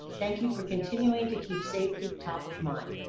thank you for continuing to keep safety top of mind.